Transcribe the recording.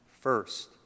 first